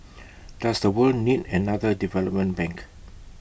does the world need another development bank